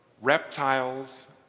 reptiles